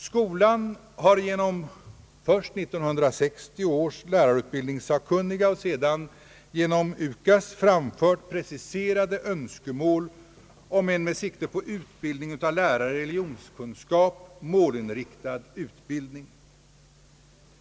Skolan har genom först 1960 års lärarutbildningssakkunniga och sedan genom UKAS framfört preciserade önskemål om med sikte på utbildningen av lärare i religionskunskap målinriktade studier.